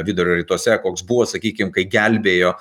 vidurio rytuose koks buvo sakykim kai gelbėjo